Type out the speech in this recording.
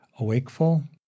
Awakeful